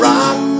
Rock